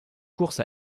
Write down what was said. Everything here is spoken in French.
course